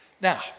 Now